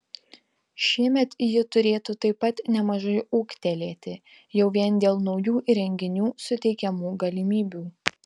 šiemet ji turėtų taip pat nemažai ūgtelėti jau vien dėl naujų įrenginių suteikiamų galimybių